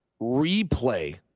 replay